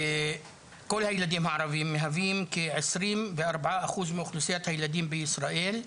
כל הילדים הערבים מהווים כ- 24% מאוכלוסיית הילדים בישראל.